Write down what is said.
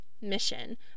mission